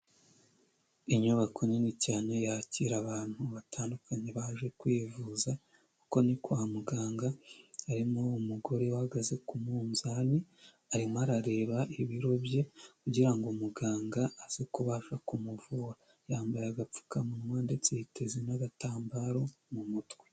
Inyubako nini cyane yakira abantu batandukanye baje kwivuza kuko ni kwa muganga, harimo umugore uhagaze ku munzani arimo arareba ibiro bye kugirango muganga aze kubasha kumuvura, yambaye agapfukamunwa ndetse yiteze n'agatambaro mu mutwe.